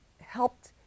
helped